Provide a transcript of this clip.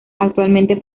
actualmente